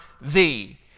thee